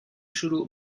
شروع